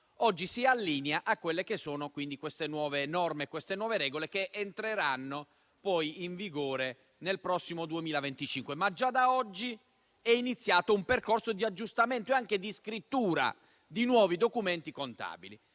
si allinea a queste nuove norme, a queste nuove regole, che entreranno in vigore nel prossimo 2025. Già da oggi, però, è iniziato un percorso di aggiustamento ed anche di scrittura di nuovi documenti contabili.